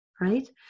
right